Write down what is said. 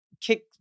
kick